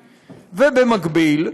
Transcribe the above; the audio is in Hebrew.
ובמקביל,